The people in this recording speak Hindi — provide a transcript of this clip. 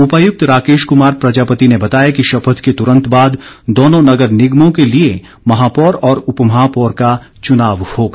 उपायुक्त राकेश कुमार प्रजापति ने बताया कि शपथ के तुरंत बाद दोनों नगर निगमों के लिए महापौर और उपमहापौर का चुनाव होगा